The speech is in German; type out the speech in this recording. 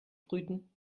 brüten